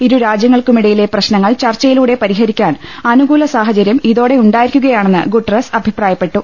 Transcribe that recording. ഇരു രാജ്യങ്ങൾക്കു മിടയിലെ പ്രശ്നങ്ങൾ ചർച്ചയിലൂടെ പ്രിഹ്രിക്കാൻ അനുകൂ ല സാഹചര്യം ഇതോടെ ഉണ്ടായിരിക്കുകയാണെന്ന് ഗുട്ടറസ് അഭിപ്രായപ്പെട്ടു